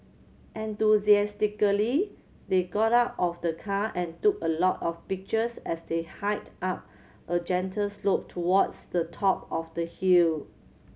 enthusiastically they got out of the car and took a lot of pictures as they hiked up a gentle slope towards the top of the hill